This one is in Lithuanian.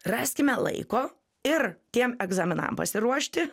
raskime laiko ir tiem egzaminam pasiruošti